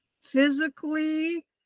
physically